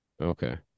Okay